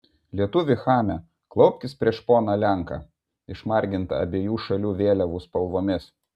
lietuvi chame klaupkis prieš poną lenką išmargintą abiejų šalių vėliavų spalvomis